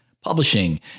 publishing